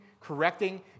correcting